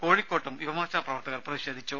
കോഴിക്കോട്ടും യുവമോർച്ച പ്രവർത്തകർ പ്രതിഷേധിച്ചു